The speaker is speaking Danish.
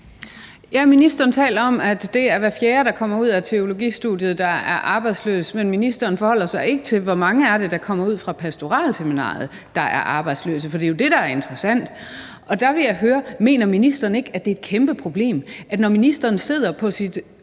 Ministeren taler om, at det er hver fjerde, der kommer ud af teologistudiet, der er arbejdsløs, men ministeren forholder sig ikke til, hvor mange det er, der kommer ud fra pastoralseminariet, der er arbejdsløse, for det er jo det, der er interessant. Der vil jeg høre: Mener ministeren ikke – når ministeren sidder på sit